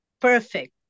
perfect